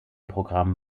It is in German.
programm